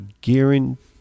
guarantee